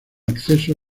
acceso